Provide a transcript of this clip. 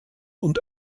und